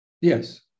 Yes